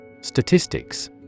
Statistics